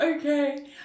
Okay